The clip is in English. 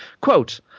Quote